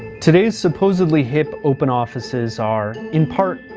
today's supposedly hip open offices are, in part,